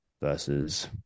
versus